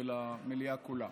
ולמליאה כולה.